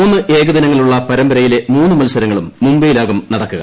മൂന്ന് ഏകദിനങ്ങളുള്ള പരമ്പരയിലെ മൂന്ന് മത്സരങ്ങളും മുംബൈയിലാകും നടക്കുക